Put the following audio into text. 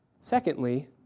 Secondly